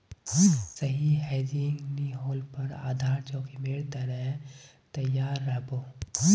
सही हेजिंग नी ह ल पर आधार जोखीमेर त न तैयार रह बो